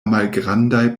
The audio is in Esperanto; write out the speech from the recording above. malgrandaj